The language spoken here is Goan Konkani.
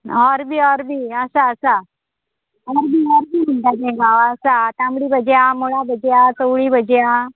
अरबी अरबी आसा आसा आनी ती अरबी म्हणटा ते गांवां आसा तांबडी भजी आहा मुळा भजी आहा चवळी भजी आहा